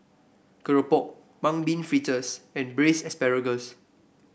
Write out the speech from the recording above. keropok Mung Bean Fritters and Braised Asparagus